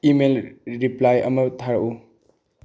email reply ꯑꯃ ꯊꯥꯔꯛꯎ